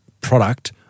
product